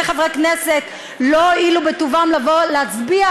חברי כנסת לא הואילו בטובם לבוא להצביע,